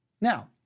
Now